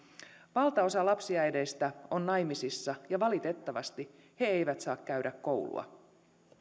valtaosa lapsiäideistä on naimisissa ja valitettavasti he eivät saa käydä koulua